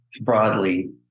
broadly